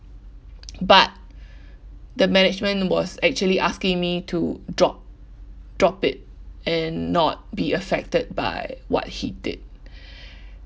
but the management was actually asking me to drop drop it and not be affected by what he did